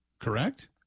Correct